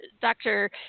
doctor